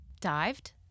dived